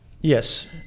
Yes